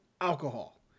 alcohol